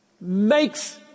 makes